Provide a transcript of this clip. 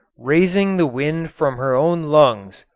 raising the wind from her own lungs,